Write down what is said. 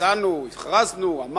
הצענו, הכרזנו, אמרנו,